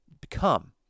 become